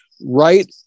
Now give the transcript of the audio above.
right